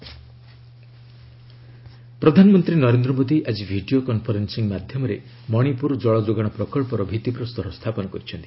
PM Manipur ପ୍ରଧାନମନ୍ତ୍ରୀ ନରେନ୍ଦ୍ର ମୋଦୀ ଆଜି video conferencing ମାଧ୍ୟମରେ ମଣିପୁର କଳଯୋଗାଣ ପ୍ରକଳ୍ପର ଭିତ୍ତିପ୍ରସ୍ତର ସ୍ଥାପନ କରିଛନ୍ତି